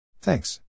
Thanks